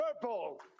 purple